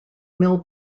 mill